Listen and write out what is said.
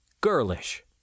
girlish